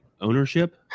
ownership